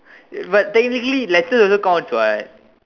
but technically letter also counts what